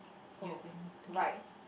oh right